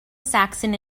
saxon